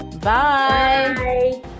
Bye